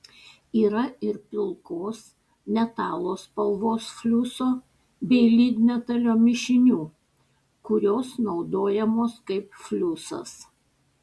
yra ir pilkos metalo spalvos fliuso bei lydmetalio mišinių kurios naudojamos kaip fliusas